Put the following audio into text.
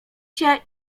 się